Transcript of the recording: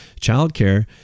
childcare